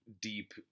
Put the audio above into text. deep